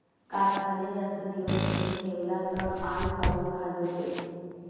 कापसाले जास्त दिवस घरी ठेवला त आंग काऊन खाजवते?